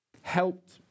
helped